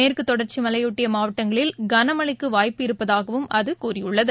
மேற்குத் தொடர்ச்சிமலையையொட்டிமாவட்டங்களில் கனமழைக்குவாய்ப்பு இருப்பதாகவும் அதுகூறியுள்ளது